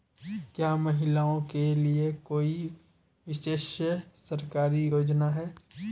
क्या महिलाओं के लिए कोई विशेष सरकारी योजना है?